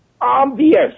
obvious